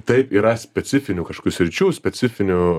taip yra specifinių kažkokių sričių specifinių